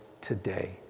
today